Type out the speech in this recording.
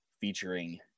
featuring